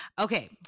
okay